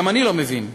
גם אני לא מבין.